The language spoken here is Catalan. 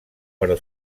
però